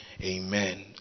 Amen